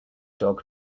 dog